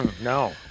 No